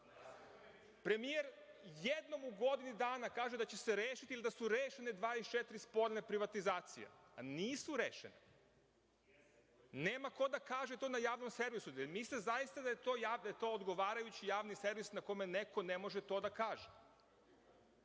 servisu. Premijer jednom u godini dana kaže da će se rešili ili da su rešene 24 sporne privatizacije. Nisu rešene. Nema ko da kaže to na javnom servisu. Da li mislite da je zaista to odgovarajući javni servis na kome neko ne može to da